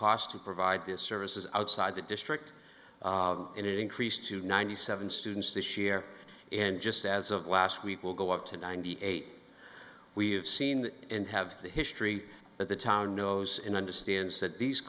cost to provide this services outside the district and it increased to ninety seven students this year and just as of last week will go up to ninety eight we have seen that and have the history but the town knows and understands that these